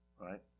Right